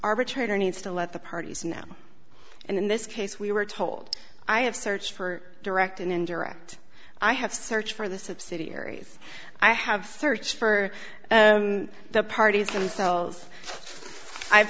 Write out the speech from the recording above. arbitrator needs to let the parties now and in this case we were told i have searched for direct and indirect i have searched for the subsidiaries i have searched for and the parties themselves i've